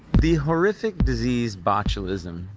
the horrific disease! botulism!